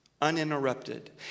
Uninterrupted